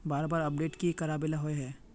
बार बार अपडेट की कराबेला होय है?